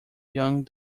young